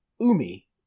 Umi